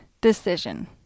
decision